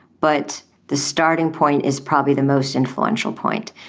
but the starting point is probably the most influential point.